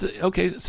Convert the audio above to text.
okay